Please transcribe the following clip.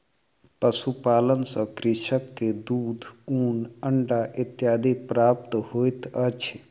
पशुपालन सॅ कृषक के दूध, ऊन, अंडा इत्यादि प्राप्त होइत अछि